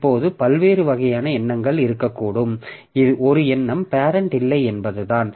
இப்போது பல்வேறு வகையான எண்ணங்கள் இருக்கக்கூடும் ஒரு எண்ணம் பேரெண்ட் இல்லை என்பதுதான்